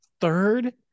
third